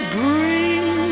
bring